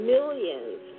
millions